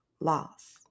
loss